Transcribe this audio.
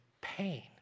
pain